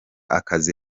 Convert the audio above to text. akazi